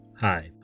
hi